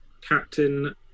Captain